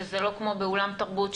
וזה לא כמו באולם תרבות,